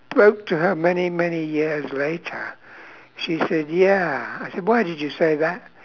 spoke to her many many years later she said ya I said why did you say that